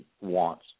wants